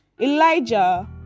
Elijah